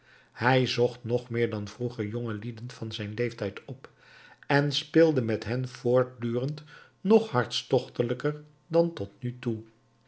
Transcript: hij zocht nog meer dan vroeger jongelieden van zijn leeftijd op en speelde met hen voortdurend nog hartstochtelijker dan tot nu toe